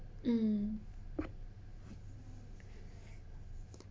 mm